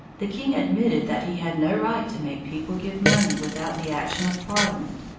the king admitted that he had no right to make people give money without the action of parliament,